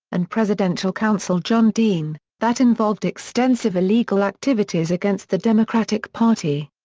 and presidential counsel john dean, that involved extensive illegal activities against the democratic party.